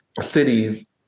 cities